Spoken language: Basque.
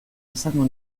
izango